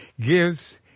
gives